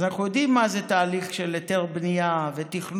אז אנחנו יודעים מה זה תהליך של היתר בנייה ותכנון,